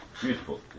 Beautiful